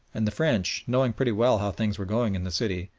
and the french knowing pretty well how things were going in the city,